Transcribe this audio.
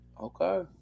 Okay